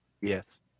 Yes